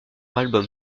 album